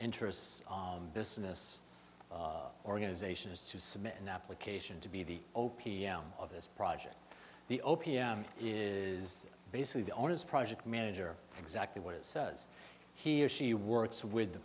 interests business organizations to submit an application to be the o p m of this project the o p m is basically the owner's project manager exactly what it says here she works with the